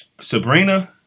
Sabrina